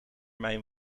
mijn